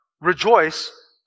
rejoice